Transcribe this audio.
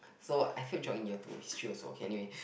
so I failed Geog in year two History also okay anyway